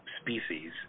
species